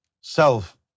self